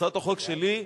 הצעת החוק שלי,